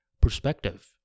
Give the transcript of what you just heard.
perspective